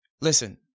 listen